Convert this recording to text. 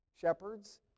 Shepherds